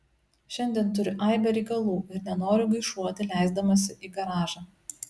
šiandien turiu aibę reikalų ir nenoriu gaišuoti leisdamasi į garažą